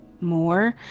more